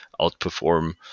outperform